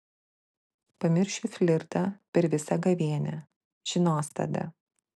pamiršiu flirtą per visą gavėnią žinos tada